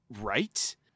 right